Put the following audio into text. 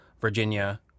Virginia